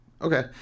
okay